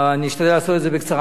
אני אשתדל לעשות את זה בקצרה.